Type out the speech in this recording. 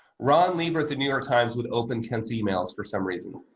ron lieber at the new york times would open kent's emails for some reason.